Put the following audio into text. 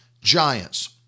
giants